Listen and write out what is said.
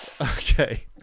okay